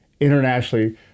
internationally